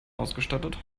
ausgestattet